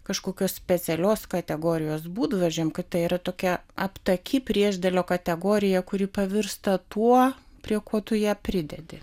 kažkokios specialios kategorijos būdvardžiam kad tai yra tokia aptaki priešdėlio kategorija kuri pavirsta tuo prie ko tu ją pridedi